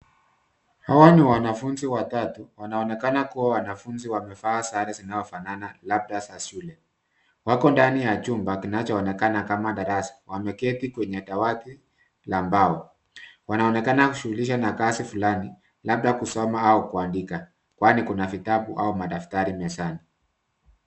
Hawa ni wanafunzi watatu, wanaonekana kuwa wanafunzi wamevaa sare zinaofanana labda za shule. Wako ndani ya chumba kinachoonekana kama darasa, wameketi kwenye dawati la mbao. Wanaonekana kushughulisha na kazi fulani labda kusoma au kuandika, kwani kuna vitabu au madaftari mezani.